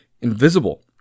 invisible